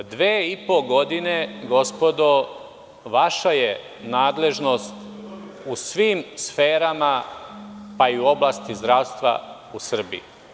Dve i po godine, gospodo, vaša je nadležnost u svim sferama pa i u oblasti zdravstva u Srbiji.